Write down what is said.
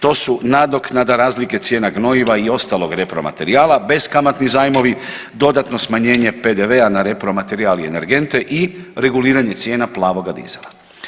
To su nadoknada razlike cijena goriva i ostalog repromaterijala, beskamatni zajmovi, dodatno smanjenje PDV-a na repromaterijal i energente i reguliranje cijena plavoga dizela.